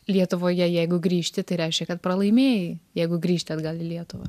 lietuvoje jeigu grįžti tai reiškia kad pralaimėjai jeigu grįžti atgal į lietuvą